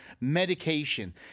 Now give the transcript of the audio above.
medication